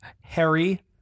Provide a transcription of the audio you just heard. Harry